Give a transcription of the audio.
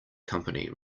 company